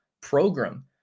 program